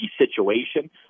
situation